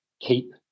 keep